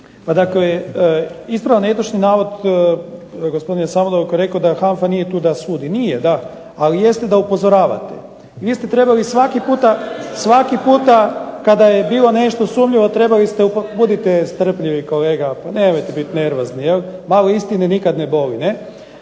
Pa dakle ispravljam netočni navod gospodina Samodola koji je rekao da HANFA nije tu da sudi. Nije da. ali jeste da upozoravate. Vi ste trebali svaki puta kada je bilo nešto sumnjivo. Budite strpljivi kolega, pa nemojte biti nervozni. Malo istine nikada ne boli.